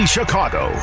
Chicago